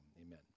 Amen